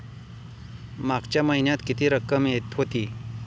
मागच्या महिन्यात किती रक्कम होती?